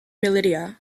militia